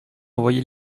envoyer